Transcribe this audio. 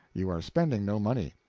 you are spending no money,